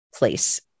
Place